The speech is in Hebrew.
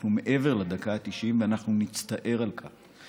אנחנו מעבר לדקה ה-90, ואנחנו נצטער על כך.